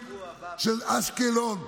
הפינוי של אשקלון.